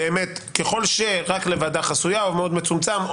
ככל שרק לוועדה חסויה הוא מאוד מצומצם,